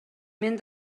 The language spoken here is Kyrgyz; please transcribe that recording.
мен